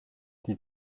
die